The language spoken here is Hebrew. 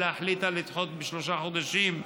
אלא החליטה לדחות בשלושה חודשים.